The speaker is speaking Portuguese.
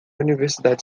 universidade